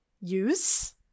use